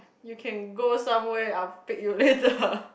you can go somewhere I'll pick you later